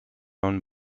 owned